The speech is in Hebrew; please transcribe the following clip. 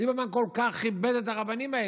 ליברמן כל כך כיבד את הרבנים האלה,